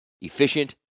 Efficient